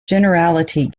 generality